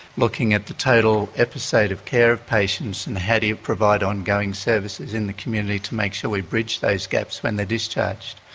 looking at the total episode of care of patients and how do you provide ongoing services in the community to make sure we bridge those gaps when they are discharged.